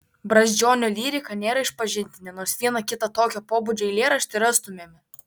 brazdžionio lyrika nėra išpažintinė nors vieną kitą tokio pobūdžio eilėraštį rastumėme